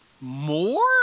More